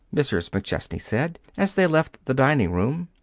mrs. mcchesney said, as they left the dining-room.